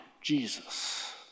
Jesus